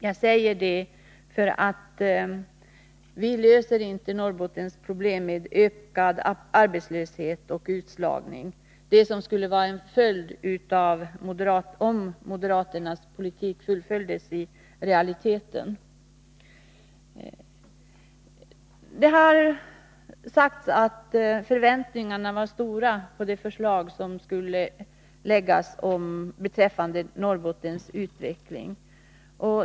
Jag säger det, eftersom vi inte med den politik som moderaterna vill realisera löser de problem som Norrbotten har i form av ökad arbetslöshet och utslagning. Det har sagts att förväntningarna var stora på det förslag som skulle läggas fram beträffande Norrbottens utveckling.